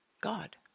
God